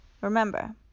Remember